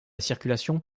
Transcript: circulation